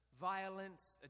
violence